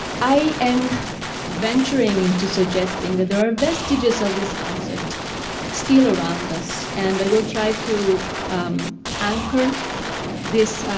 i am venturing into suggesting that there are vestiges of this concept still around us, and i will try to anchor this